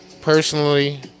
personally